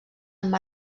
amb